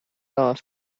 off